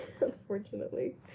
unfortunately